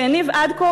שהניב עד כה